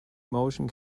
motion